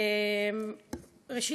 ראשית,